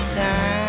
time